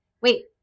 wait